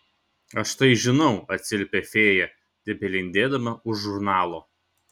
aš tai žinau atsiliepia fėja tebelindėdama už žurnalo